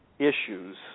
issues